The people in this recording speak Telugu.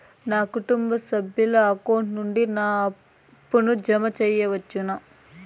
నా కుటుంబ సభ్యుల అకౌంట్ నుండి నా అప్పును జామ సెయవచ్చునా?